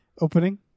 opening